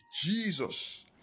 Jesus